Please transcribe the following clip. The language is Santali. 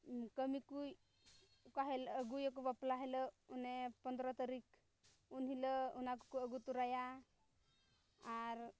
ᱠᱟᱹᱢᱤ ᱠᱚ ᱚᱠᱟ ᱦᱤᱞᱳᱜ ᱟᱹᱜᱩᱭᱟᱠᱚ ᱵᱟᱯᱞᱟ ᱦᱤᱞᱳᱜ ᱚᱱᱮ ᱯᱚᱸᱫᱽᱨᱚ ᱛᱟᱹᱨᱤᱠᱷ ᱩᱱ ᱦᱤᱞᱳᱜ ᱚᱱᱟ ᱠᱚᱠᱚ ᱟᱹᱜᱩ ᱛᱚᱨᱟᱭᱟ ᱟᱨ